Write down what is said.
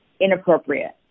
inappropriate